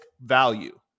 value